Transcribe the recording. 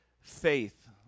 faith